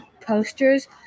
posters